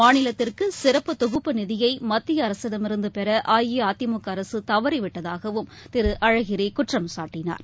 மாநிலத்திற்கு சிறப்பு தொகுப்பு நிதியை மத்திய அரசிடம் இருந்து பெற அஇஅதிமுக அரசு தவறிவிட்டதாகவும் திரு அழகிரி குற்றம் சாட்டினார்